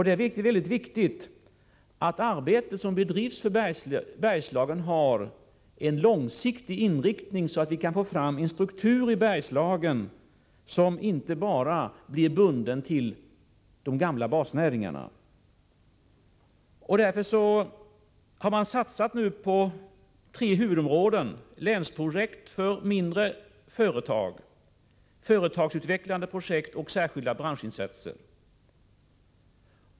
Det är mycket viktigt att det arbete som bedrivs för Bergslagen har en långsiktig inriktning, så att vi kan få fram en struktur där som inte bara är bunden till de gamla basnäringarna. Därför har man nu satsat på tre huvudområden: länsprojekt för mindre företag, företagsutvecklande projekt och särskilda branschinsatser.